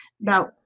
Now